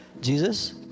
Jesus